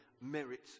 merit